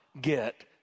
get